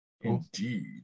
Indeed